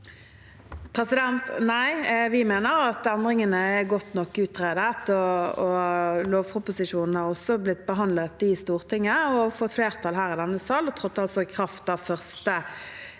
Nei, vi me- ner at endringene er godt nok utredet, og lovproposisjonen har også blitt behandlet i Stortinget, fått flertall her i denne sal og trådte i kraft 1. januar.